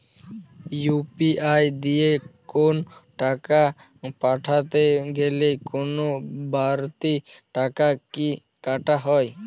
UPI দিয়ে কোন টাকা পাঠাতে গেলে কোন বারতি টাকা কি কাটা হয়?